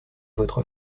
votre